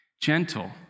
Gentle